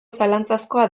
zalantzazkoa